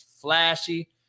flashy